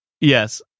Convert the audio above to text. Yes